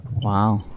Wow